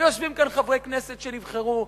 ויושבים כאן חברי כנסת שנבחרו,